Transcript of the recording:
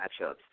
matchups